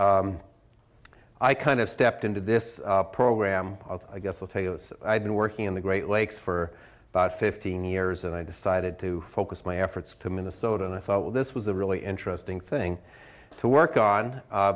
basically i kind of stepped into this program of i guess i'll tell you i've been working in the great lakes for about fifteen years and i decided to focus my efforts to minnesota and i thought well this was a really interesting thing to work on